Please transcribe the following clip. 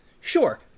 Sure